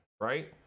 right